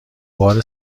بار